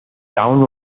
town